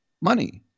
Money